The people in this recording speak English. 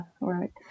Right